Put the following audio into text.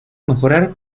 mejorar